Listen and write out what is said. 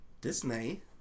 Disney